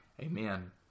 Amen